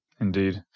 Indeed